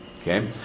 Okay